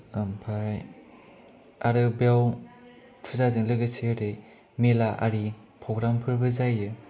ओमफाय आरो बेयाव फुजाजों लोगोसे ओरै मेला आरि फ्रग्रामफोरबो जायो